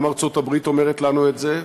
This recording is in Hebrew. גם ארצות-הברית אומרת לנו את זה,